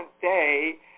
day